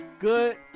Good